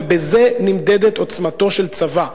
ובזה נמדדת עוצמתו של צבא,